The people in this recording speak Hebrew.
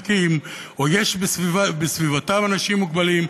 או מוגבלים לפרקים או יש בסביבתם אנשים מוגבלים,